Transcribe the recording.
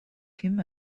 him